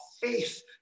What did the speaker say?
faith